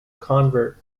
convert